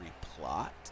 plot